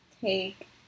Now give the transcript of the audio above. take